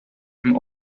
dem